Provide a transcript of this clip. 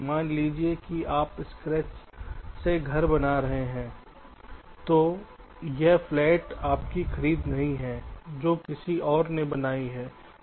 मान लीजिए कि आप स्क्रैच से घर बना रहे हैं तो यह फ्लैट आपकी खरीद नहीं है जो किसी और ने बनाई है